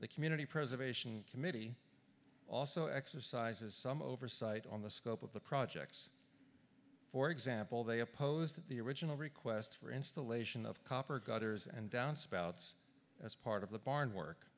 the community preservation committee also exercises some oversight on the scope of the projects for example they opposed the original request for installation of copper gutters and downspouts as part of the barn work